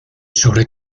sobre